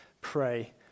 pray